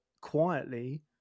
quietly